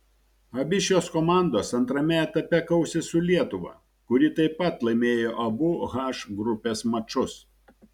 abi šios komandos antrame etape kausis su lietuva kuri taip pat laimėjo abu h grupės mačus